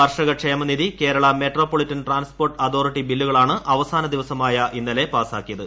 കർഷക ക്ഷേമനിധി Kerala metropolitan transport authority ബില്ലുകളാണ് അവസാന ദിവസമായ ഇന്നലെ പാസ്സാക്കിയത്